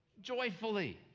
Joyfully